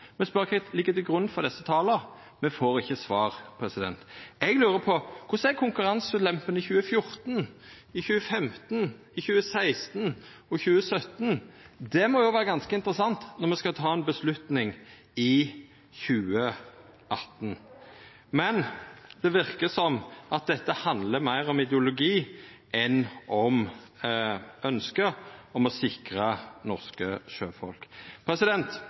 ligg til grunn for desse tala? Me får ikkje svar. Eg lurar på: Korleis var konkurranseulempene i 2014, 2015, 2016 og 2017? Det må vera ganske interessant når me skal ta ei avgjerd i 2018. Men det verkar som om dette handlar meir om ideologi enn om eit ynske om å sikra norske sjøfolk.